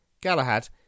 Galahad